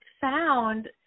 found